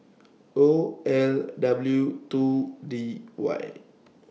O L W two D Y